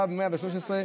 קו 113,